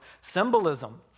symbolism